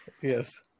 Yes